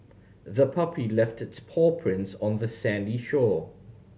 the puppy left its paw prints on the sandy shore